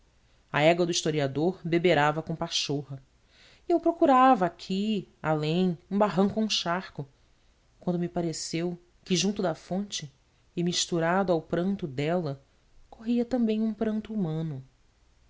a égua do historiador beberava com pachorra e eu procurava aqui além um barranco ou um charco quando me pareceu que junto da fonte e misturado ao pranto dela corria também pranto humano